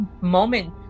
moment